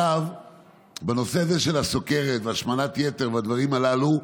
בנושא הזה של הסוכרת והשמנת היתר והדברים הללו,